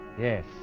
Yes